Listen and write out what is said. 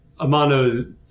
Amano